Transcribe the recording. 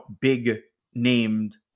big-named